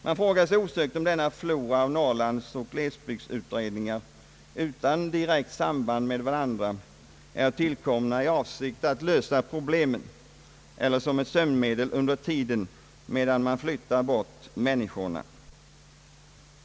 Man frågar sig osökt om denna flora av Norrlandsoch glesbygdsutredningar, utan direkt samband med varandra, är tillkommen i avsikt att lösa problemen eller som ett sömnmedel under tiden medan man flyttar bort människorna.